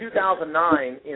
2009